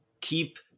keep